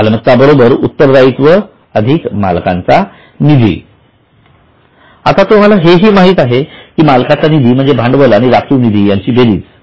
मालमत्ता उत्तरदायित्व मालकांचा निधी आता तुम्हाला हेही माहित आहे की मालकांचा निधी म्हणजे भांडवल व राखीव निधी यांची बेरीज